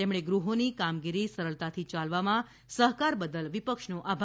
તેમણે ગૃહોની કામગીરી સરળતાથી ચાલવામાં સહકાર બદલ વિપક્ષનો આભાર માન્યો છે